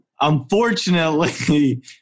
Unfortunately